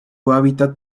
hábitat